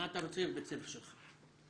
מי זה נשיא וינגייט?